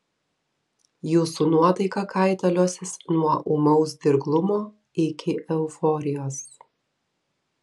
jūsų nuotaika kaitaliosis nuo ūmaus dirglumo iki euforijos